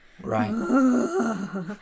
Right